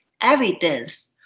evidence